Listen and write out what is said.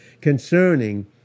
concerning